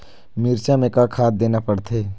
मिरचा मे का खाद देना पड़थे?